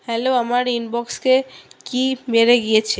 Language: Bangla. হ্যালো আমার ইনবক্সকে কি বেড়ে গিয়েছে